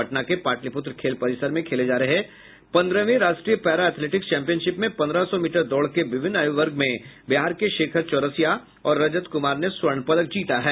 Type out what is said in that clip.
पटना के पाटलिपुत्र खेल परिसर में खेले जा रहे पंद्रहवीं राष्ट्रीय पैरा एथेलेटिक्स चैंपियनशिप में पंद्रह सौ मीटर दौड़ के विभिन्न आयु वर्ग में बिहार के शेखर चौरसिया और रजत कुमार ने स्वर्ण पदक जीता है